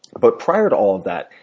but prior to all of that,